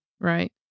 Right